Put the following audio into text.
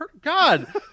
God